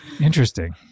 Interesting